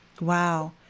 wow